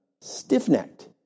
stiff-necked